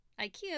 Ikea